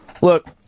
look